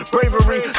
Bravery